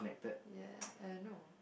ya no